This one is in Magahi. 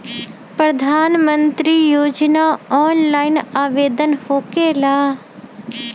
प्रधानमंत्री योजना ऑनलाइन आवेदन होकेला?